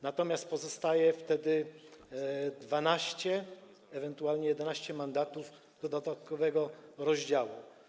Natomiast pozostaje wtedy 12, ewentualnie 11 mandatów do dodatkowego rozdziału.